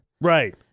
Right